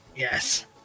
Yes